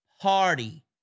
party